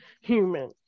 human